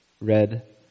red